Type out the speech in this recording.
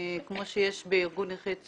כמו שיש בארגון נכי צה"ל,